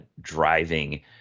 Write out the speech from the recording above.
driving